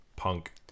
punk